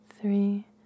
three